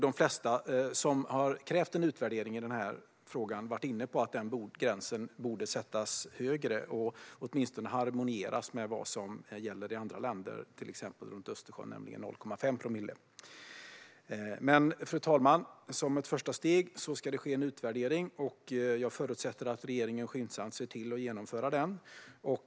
De flesta som har krävt en utvärdering i denna fråga har varit inne på att den gränsen borde sättas högre och åtminstone harmoniera med vad som gäller i andra länder, till exempel runt Östersjön, nämligen 0,5 promille. Men, fru talman, som ett första steg ska det ske en utvärdering, och jag förutsätter att regeringen skyndsamt ser till att genomföra den.